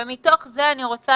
ומה אני רוצה